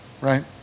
right